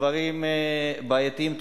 הדברים הבעייתיים תקועים.